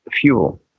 fuel